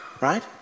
right